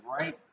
right